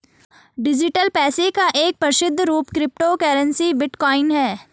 digital पैसे का एक प्रसिद्ध रूप क्रिप्टो करेंसी बिटकॉइन है